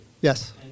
Yes